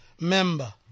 member